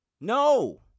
No